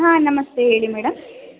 ಹಾಂ ನಮಸ್ತೆ ಹೇಳಿ ಮೇಡಮ್